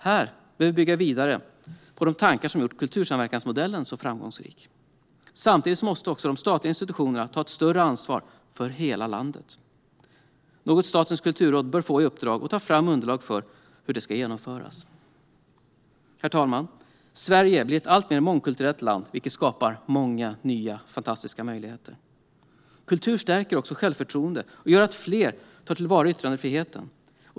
Här behöver vi bygga vidare på de tankar som gjort kultursamverkansmodellen så framgångsrik. Samtidigt måste de statliga institutionerna ta ett större ansvar för hela landet. Det är något som Statens kulturråd bör få i uppdrag att ta fram underlag för hur det ska genomföras. Herr talman! Sverige blir ett alltmer mångkulturellt land, vilket skapar många nya fantastiska möjligheter. Kultur stärker också självförtroendet och gör att fler tar till vara yttrandefriheten.